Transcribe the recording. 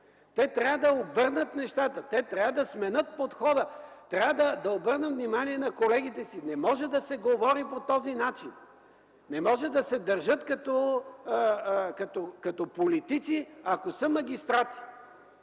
те трябва да обърнат нещата, те трябва да сменят подхода, трябва да обърнат внимание на колегите си. Не може да се говори по този начин! Не може да се държат като политици, ако са магистрати!